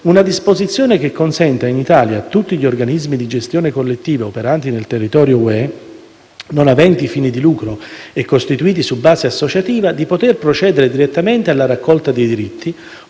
una disposizione che consenta in Italia, a tutti gli organismi di gestione collettiva operanti nel territorio dell'Unione europea, non aventi fini di lucro e costituiti su base associativa, di poter procedere direttamente alla raccolta dei diritti,